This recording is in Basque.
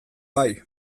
bai